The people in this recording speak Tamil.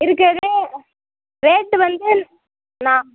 இருக்கிறதுலே ரேட்டு வந்து நான்